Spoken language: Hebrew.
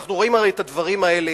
ואנחנו רואים הרי את הדברים האלה,